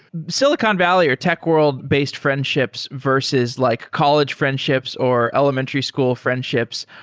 silicon valley or tech world-based friendships versus like college friendships or elementary school friendships,